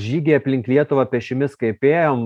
žygy aplink lietuvą pėsčiomis kaip ėjom